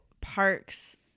parks